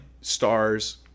stars